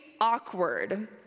Awkward